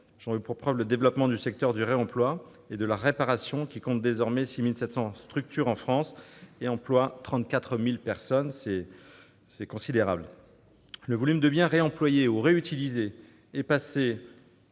J'en veux pour preuve le développement du secteur du réemploi et de la réparation, qui compte désormais 6 700 structures en France et emploie 34 000 personnes, ce qui est considérable. Le volume de biens réemployés ou réutilisés est passé